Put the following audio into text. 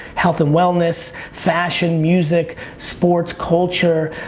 health and wellness, fashion, music, sports, culture,